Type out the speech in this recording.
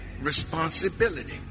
responsibility